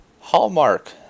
Hallmark